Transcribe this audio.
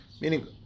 Meaning